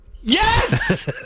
Yes